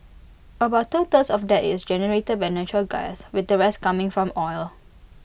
about two thirds of that is generated by natural gas with the rest coming from oil